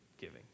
giving